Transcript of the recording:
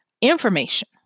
information